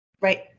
right